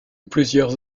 plusieurs